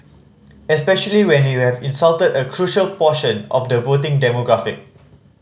especially when you have insulted a crucial portion of the voting demographic